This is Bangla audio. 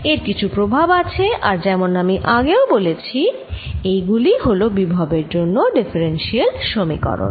এর কিছু প্রভাব আছে আর যেমন আমি আগেও বলেছি এই গুলিই হল বিভবের জন্য ডিফারেন্সিয়াল সমীকরণ